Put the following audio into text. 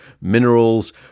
minerals